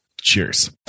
Cheers